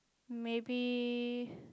maybe